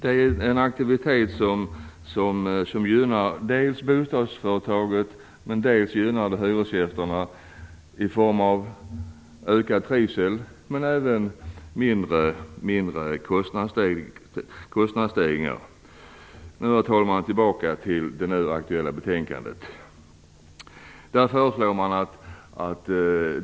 Det är en aktivitet som gynnar dels bostadsföretaget, dels hyresgästerna i form av ökad trivsel men även mindre kostnadsstegringar. Så tillbaka till det nu aktuella betänkandet, herr talman.